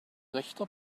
rechter